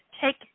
take